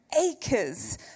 acres